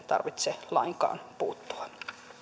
tarvitse lainkaan puuttua